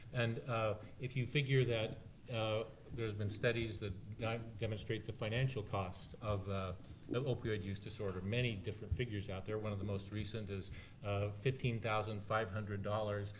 and if you figure that there's been studies that demonstrate the financial costs of opioid use disorder, many different figures out there, one of the most recent is fifteen thousand five hundred dollars.